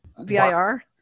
VIR